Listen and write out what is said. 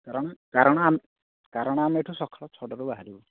କାରଣ କାରଣ କାରଣ ଆମେ ଏଠୁ ସକାଳ ଛଅଟାରେ ବାହାରିବୁ